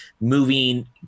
moving